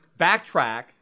backtrack